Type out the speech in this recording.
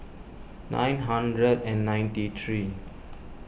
nine hundred and ninety three